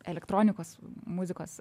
elektronikos muzikos